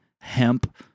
hemp